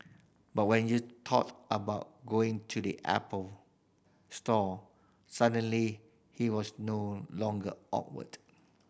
but when you thought about going to the Apple store suddenly he was no longer awkward